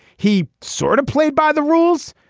he sort of played by the rules.